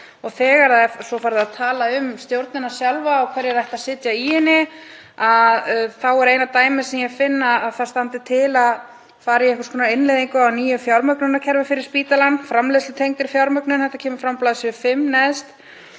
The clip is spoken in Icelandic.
Þegar svo er farið að tala um stjórnina sjálfa og hverjir ættu að sitja í henni þá er eina dæmið sem ég finn að til standi að fara í einhvers konar innleiðingu á nýju fjármögnunarkerfi fyrir spítalann, framleiðslutengda fjármögnun — þetta kemur fram á bls. 5, neðst